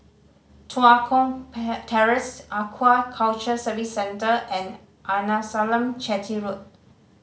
Tua Kong Terrace Aquaculture Services Centre and Arnasalam Chetty Road